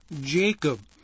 Jacob